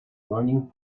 burning